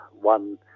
One